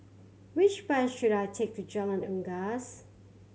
which bus should I take to Jalan Unggas